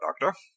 Doctor